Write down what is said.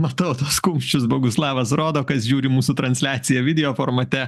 matau tuos kumščius boguslavas rodo kas žiūri mūsų transliaciją video formate